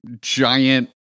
giant